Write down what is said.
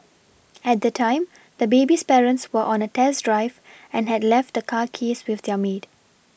at the time the baby's parents were on a test drive and had left the car keys with their maid